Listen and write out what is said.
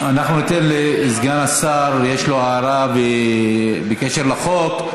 אנחנו ניתן לסגן השר, יש לו הערה בקשר לחוק.